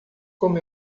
como